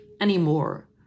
anymore